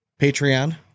Patreon